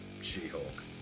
She-Hulk